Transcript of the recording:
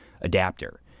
adapter